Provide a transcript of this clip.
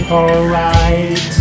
alright